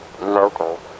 local